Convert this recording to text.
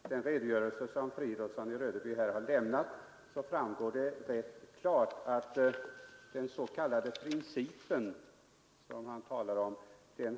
Herr talman! Jag tycker att det av den redogörelse som herr Fridolfsson i Rödeby här har lämnat framgår rätt klart att den s.k. iga att man har övergett den.